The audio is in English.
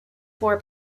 four